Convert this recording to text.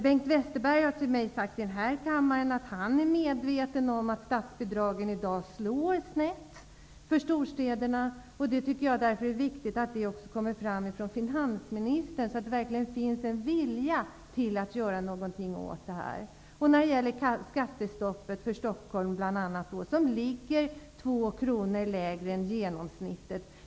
Bengt Westerberg har sagt till mig här i kammaren att han är medveten om att statsbidragen slår snett för storstäderna, och jag tycker att det är viktigt att det också framgår av finansministerns uttalanden, så att man ser att det verkligen finns en vilja att göra någonting åt det här, bl.a. när det gäller skattestoppet för Stockholm, vars kommunala utdebitering ligger 2 kr under genomsnittet.